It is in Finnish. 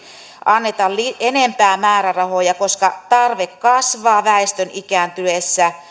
anneta enempää määrärahoja koska tarve kasvaa väestön ikääntyessä